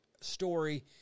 story